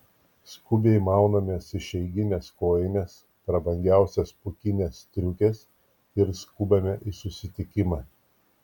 skubiai maunamės išeigines kojines prabangiausias pūkines striukes ir skubame į susitikimą